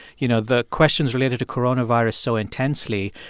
you know, the questions related to coronavirus so intensely,